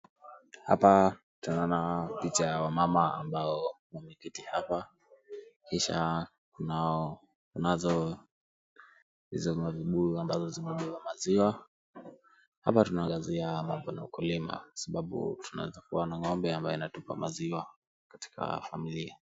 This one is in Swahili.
Hapa tunaona picha ya wamama ambao wameketi hapa, kisha kunazo hizo mavibuyu ambazo zimebeba maziwa. Hapa tunaangazia mambo na ukulima kwa sababu tunaweza kuona ng'ombe ambayo inatupa maziwa katika familia.